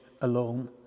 alone